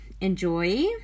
enjoy